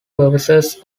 purposes